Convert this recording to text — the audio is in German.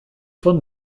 von